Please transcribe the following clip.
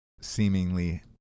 seemingly